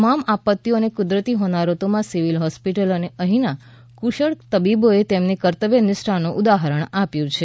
તમામ આપત્તિઓ અને કુદરતી હોનારતોમાં સિવિલ હોસ્પિટલ અને અહીંના કુશળ તબીબોએ તેમની કર્તવ્ય નિષ્ઠાનું ઉદાહરણ આપ્યું છે